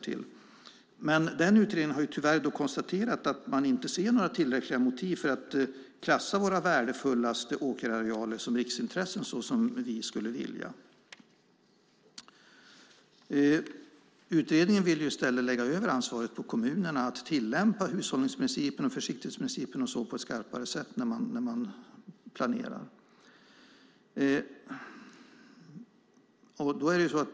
I den utredningen har man konstaterat att man inte ser några tillräckliga motiv för att klassa våra värdefullaste åkerarealer som riksintressen på det sätt vi skulle vilja. Utredningen vill i stället lägga över ansvaret på kommunerna att tillämpa hushållningsprincipen och försiktighetsprincipen på ett skarpare sätt vid planering.